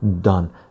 done